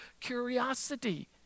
curiosity